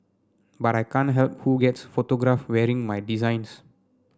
but I can't help who gets photographed wearing my designs